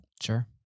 sure